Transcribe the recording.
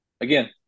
again